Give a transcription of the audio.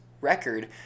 record